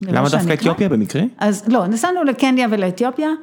למה דווקא אתיופיה במקרה? אז לא, נסענו לקניה ולאתיופיה.